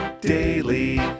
daily